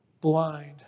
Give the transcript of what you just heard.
blind